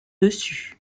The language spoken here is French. dessus